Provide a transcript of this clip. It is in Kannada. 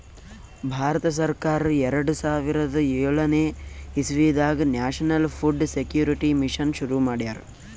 ಭಾರತ ಸರ್ಕಾರ್ ಎರಡ ಸಾವಿರದ್ ಯೋಳನೆ ಇಸವಿದಾಗ್ ನ್ಯಾಷನಲ್ ಫುಡ್ ಸೆಕ್ಯೂರಿಟಿ ಮಿಷನ್ ಶುರು ಮಾಡ್ಯಾರ್